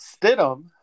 Stidham